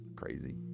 Crazy